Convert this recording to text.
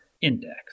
index